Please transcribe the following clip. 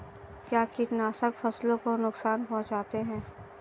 क्या कीटनाशक फसलों को नुकसान पहुँचाते हैं?